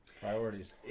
Priorities